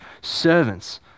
servants